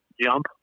jump